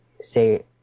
say